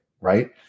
right